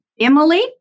Emily